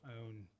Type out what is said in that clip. own